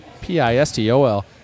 P-I-S-T-O-L